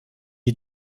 est